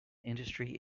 industry